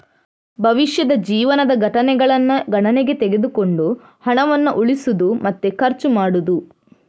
ಭವಿಷ್ಯದ ಜೀವನದ ಘಟನೆಗಳನ್ನ ಗಣನೆಗೆ ತೆಗೆದುಕೊಂಡು ಹಣವನ್ನ ಉಳಿಸುದು ಮತ್ತೆ ಖರ್ಚು ಮಾಡುದು